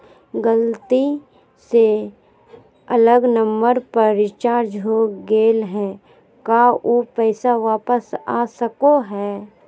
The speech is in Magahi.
गलती से अलग नंबर पर रिचार्ज हो गेलै है का ऊ पैसा वापस आ सको है?